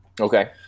Okay